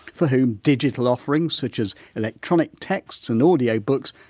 for whom digital offerings, such as electronic texts and audiobooks,